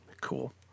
cool